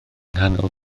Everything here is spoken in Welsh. nghanol